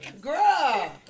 Girl